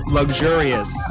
luxurious